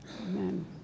Amen